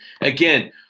again